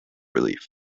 relief